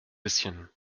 bisschen